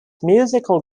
musical